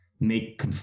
make